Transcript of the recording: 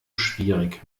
schwierig